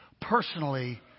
personally